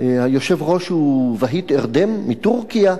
היושב-ראש הוא ואהיט ארדן מטורקיה,